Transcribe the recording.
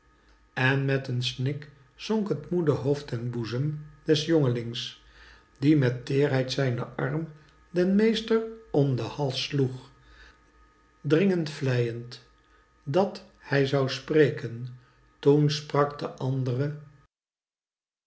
en met een snik zonk t moede hoofd ten boezem des jonglings die met teerheid zijnen arm den meester om den hals sloeg dringend vleyend dat hij zoti spreken toen sprak de andre